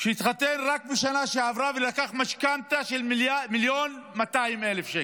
שהתחתן רק בשנה שעברה ולקח משכנתה של 1.2 מיליון שקל,